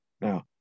Now